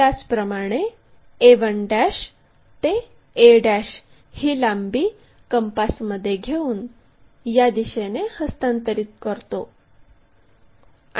त्याचप्रमाणे a1 ते a ही लांबी कंपासमध्ये घेऊन या दिशेने हस्तांतरित करतो